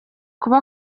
kuba